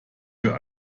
für